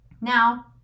Now